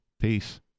Peace